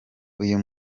uyu